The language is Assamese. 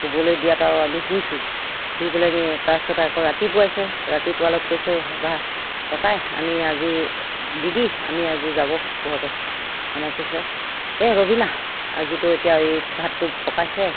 শুবলৈ দিয়াৰ আৰু আমি শুইছোঁ শুই পেলানি তাৰপাছত আকৌ ৰাতিপুৱাইছে ৰাতিপুৱালত কৈছে ভা ককাই আমি আজি দিদি আমি আজি যাব ঘৰতে এনেকৈ কৈছে এই ৰ'বি না আজিতো এতিয়া এই ভাতটো পকাইছে